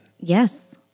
Yes